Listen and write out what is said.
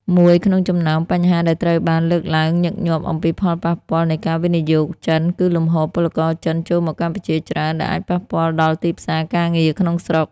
មួយក្នុងចំណោមបញ្ហាដែលត្រូវបានលើកឡើងញឹកញាប់អំពីផលប៉ះពាល់នៃការវិនិយោគចិន គឺលំហូរពលករចិនចូលមកកម្ពុជាច្រើន ដែលអាចប៉ះពាល់ដល់ទីផ្សារការងារក្នុងស្រុក។